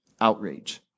outrage